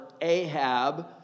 Ahab